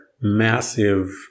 massive